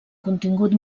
contingut